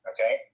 Okay